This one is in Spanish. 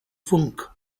funk